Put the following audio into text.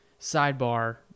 sidebar